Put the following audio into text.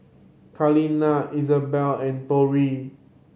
Kaleena Isabell and Tori